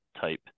type